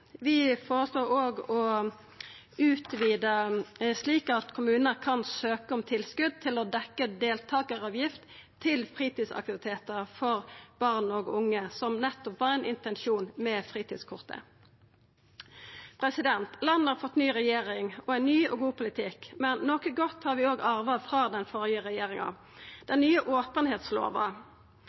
Vi føreslår òg å utvida slik at kommunar kan søkja om tilskot til å dekkja deltakaravgift til fritidsaktivitetar for barn og unge – som nettopp var ein intensjon med fritidskortet. Landet har fått ny regjering og ein ny og god politikk. Men noko godt har vi òg arva frå den førre regjeringa. Den nye openheitslova